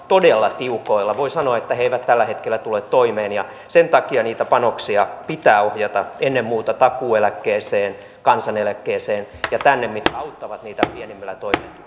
todella tiukoilla voi sanoa että he eivät tällä hetkellä tule toimeen ja sen takia niitä panoksia pitää ohjata ennen muuta takuueläkkeeseen kansaneläkkeeseen ja tänne mitkä auttavat niitä pienimmällä toimeentulevia